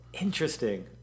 Interesting